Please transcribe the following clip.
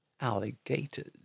alligators